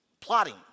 plotting